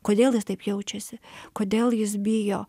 kodėl jis taip jaučiasi kodėl jis bijo